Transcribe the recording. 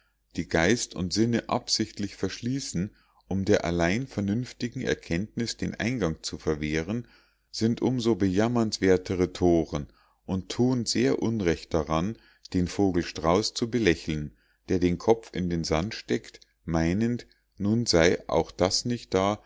die geist und sinne absichtlich verschließen um der allein vernünftigen erkenntnis den eingang zu verwehren sind um so bejammernswertere toren und tun sehr unrecht daran den vogel strauß zu belächeln der den kopf in den sand steckt meinend nun sei auch das nicht da